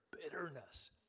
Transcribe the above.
bitterness